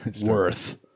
Worth